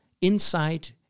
insight